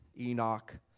Enoch